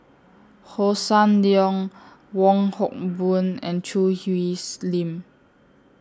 Hossan Leong Wong Hock Boon and Choo Hwee Slim